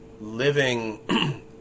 living